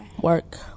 work